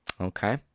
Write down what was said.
okay